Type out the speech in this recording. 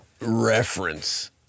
reference